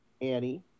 Annie